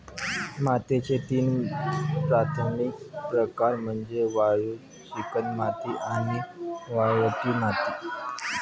मातीचे तीन प्राथमिक प्रकार म्हणजे वाळू, चिकणमाती आणि वाळवंटी माती